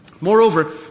Moreover